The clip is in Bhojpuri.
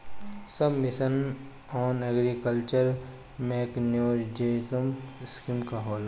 सब mission on agriculture mechanization scheme का होला?